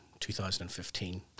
2015